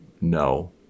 no